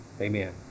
Amen